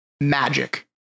magic